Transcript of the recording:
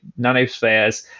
nanospheres